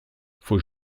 faut